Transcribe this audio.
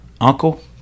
uncle